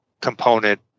component